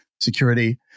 security